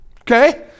Okay